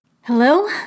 Hello